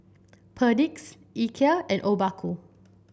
Perdix Ikea and Obaku